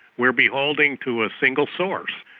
we're beholden to a single source.